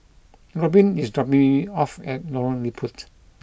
Robyn is dropping me off at Lorong Liput